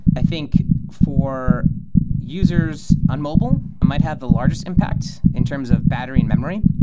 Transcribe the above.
i think for users on mobile, it might have the largest impact in terms of battery and memory,